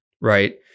right